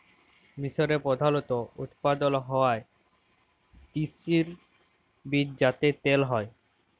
মিসরে প্রধালত উৎপাদল হ্য়ওয়া তিসির বীজ যাতে তেল হ্যয়